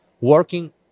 working